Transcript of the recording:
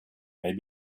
may